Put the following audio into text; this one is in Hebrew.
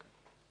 כן.